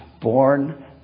Born